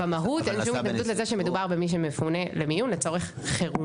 במהות אין שום התלבטות על זה שמדובר על מי שמפונה למיון לצורך חירום,